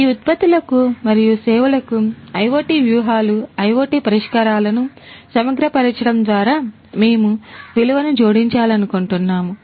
ఈ ఉత్పత్తులుకు మరియు సేవలకు IoT వ్యూహాలు IoT పరిష్కారాలను సమగ్రపరచడం ద్వారా మేము విలువను జోడించాలనుకుంటున్నాము